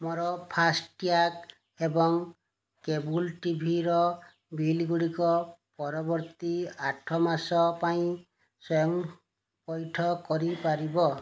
ମୋର ଫାସ୍ଟ୍ୟାଗ୍ ଏବଂ କେବୁଲ୍ ଟିଭିର ବିଲ୍ଗୁଡ଼ିକ ପରବର୍ତ୍ତୀ ଆଠ ମାସ ପାଇଁ ସ୍ଵୟଂ ପୈଠ କରିପାରିବ